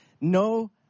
no